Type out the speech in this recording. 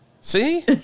See